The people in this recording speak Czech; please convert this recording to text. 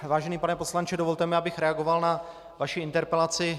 Vážený pane poslanče, dovolte mi, abych reagoval na vaši interpelaci.